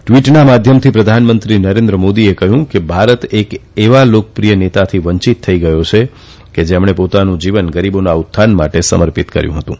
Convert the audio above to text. ટવીટના માધ્યમથી પ્રધાનમંત્રી નરેન્દ્ર મોદીએ કહયું કે ભારત એક એવા લોકપ્રિય નેતાથી વંચિત થઈ ગયો છે કે જેમણે પોતાનું જીવન ગરીબોના ઉત્થાન માટે સમર્પિત કર્યુ હતું